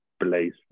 Place